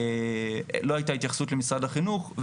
לא הייתה התייחסות למשרד החינוך.